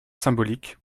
symbolique